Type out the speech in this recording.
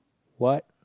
what